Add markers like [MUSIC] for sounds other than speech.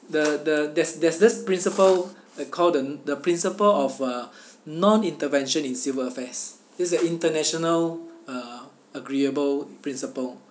the the there's there's this principle uh called the the principle of uh [BREATH] non intervention in civil affairs it's an international uh agreeable principle